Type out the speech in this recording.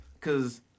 cause